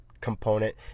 component